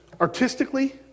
artistically